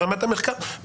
ברמת המחקר,